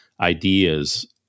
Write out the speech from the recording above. ideas